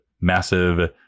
massive